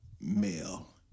male